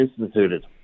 instituted